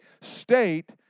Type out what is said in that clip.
state